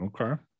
Okay